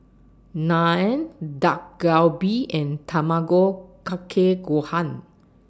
Naan Dak Galbi and Tamago Kake Gohan